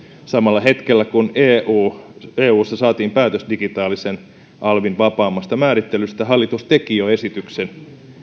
samalla hetkellä kun eussa saatiin päätös digitaalisen alvin vapaammasta määrittelystä hallitus teki jo esityksen